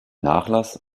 nachlass